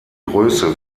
größe